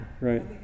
Right